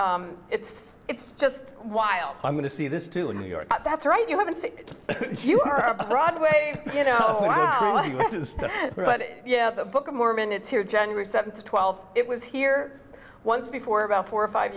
much it's it's just while i'm going to see this to new york that's right you haven't seen broadway you know but yeah the book of mormon it's here general seven to twelve it was here once before about four or five